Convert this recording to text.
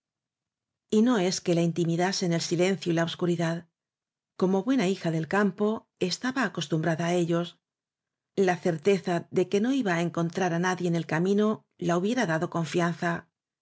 no es que la intimidasen el silencio y la obscuridad como buena hija del campo esta ba acostumbrada á ellos la certeza de que no iba á encontrar á nadie en el camino la hubiera dado confianza